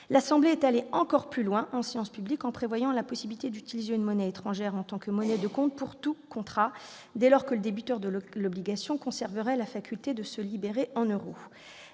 nationale est allée encore plus loin en séance publique en prévoyant la possibilité d'utiliser une monnaie étrangère en tant que monnaie de compte pour tout contrat, dès lors que le débiteur de l'obligation conserverait la faculté de se libérer en euros.